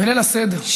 בליל הסדר.